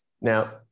now